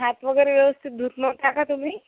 हात वगैरे व्यवस्थित धूत नव्हत्या का तुम्ही